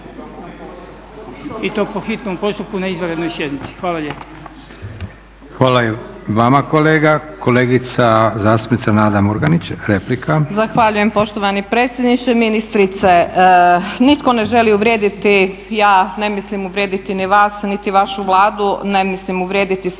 I to po hitnom postupku na izvanrednoj sjednici. Hvala lijepa.